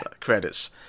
credits